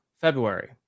February